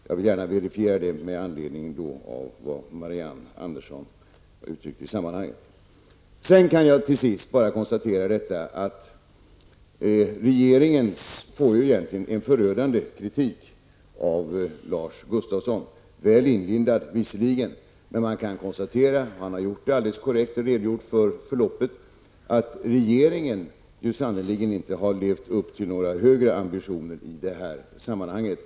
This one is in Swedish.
Jag vill gärna verifiera detta med anledning av vad Marianne Andersson i Vårgårda har uttalat i sammanhanget. Jag konstaterar till sist att regeringen egentligen får utstå en förödande kritik från Lars Gustafsson. Den är visserligen väl inlindad, men det kan konstateras -- han har helt korrekt redogjort för förloppet -- att regeringen sannerligen inte har levt upp till några högre ambitioner i sammanhanget.